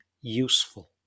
useful